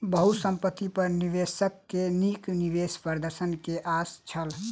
बहुसंपत्ति पर निवेशक के नीक निवेश प्रदर्शन के आस छल